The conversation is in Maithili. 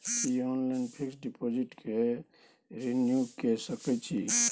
की ऑनलाइन फिक्स डिपॉजिट के रिन्यू के सकै छी?